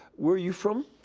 where are you from?